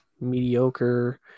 mediocre